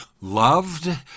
loved